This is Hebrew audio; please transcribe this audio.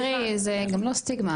תראי, זו גם לא סטיגמה.